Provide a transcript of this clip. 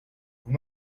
vous